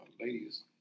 ladies